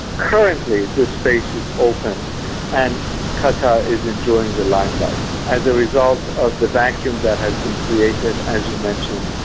currently the space is open and qatar is enjoying the limelight as a result of the vacuum that has been created, as you mentioned,